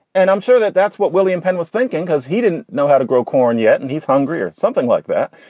and i'm sure that that's what william penn was thinking because he didn't know how to grow corn yet. and he's hungry or something like that.